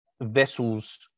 vessels